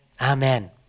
Amen